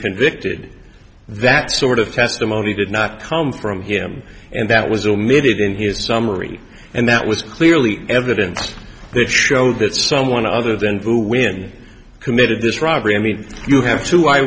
convicted that sort of testimony did not come from him and that was omitted in his summary and that was clearly evidence that show that someone other than who when committed this robbery i mean you have two